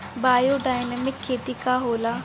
Biodynamic खेती का होला?